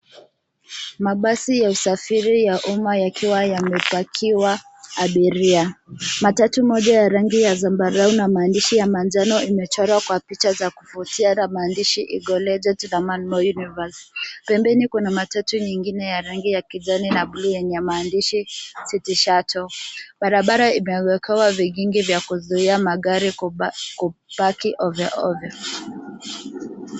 Mabasi ya usafiri ya umma yakiwa yamepakiwa abiria. Matatu moja ya rangi ya zambarau na maandishi ya manjano imechorwa kwa picha za kuvutia na maandishi Eaglejet na Manmore Universe . Pembeni kuna matatu nyingine ya rangi ya kijani na bluu yenye maandishi Citty Shuttle. Barabara imewekewa vikingi vya kuzuia magari kupaki ovyoovyo.